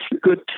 good